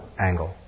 angle